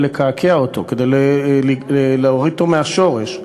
לקעקע אותו וכדי לעקור אותו מהשורש.